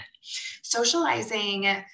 socializing